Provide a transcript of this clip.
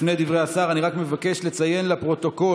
לפני דברי השר אני רק מבקש לציין לפרוטוקול,